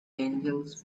angels